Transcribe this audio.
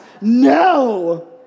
No